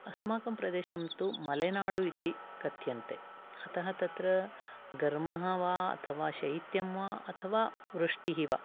अस्माकं प्रदेशं तु मलेनाडु इति कथ्यन्ते अतः तत्र घर्मः वा अथवा शैत्यं वा अथवा वृष्टिः वा